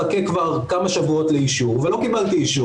אתה לא במונולוג.